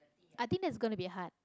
i think that's gonna be hard